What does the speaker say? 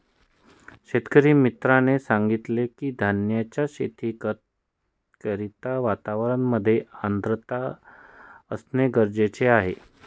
शेतकरी मित्राने सांगितलं की, धान्याच्या शेती करिता वातावरणामध्ये आर्द्रता असणे गरजेचे आहे